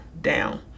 down